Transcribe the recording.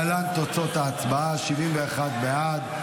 להלן תוצאות ההצבעה: 71 בעד,